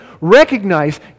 Recognize